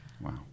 Wow